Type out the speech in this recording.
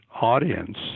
audience